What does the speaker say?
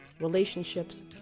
relationships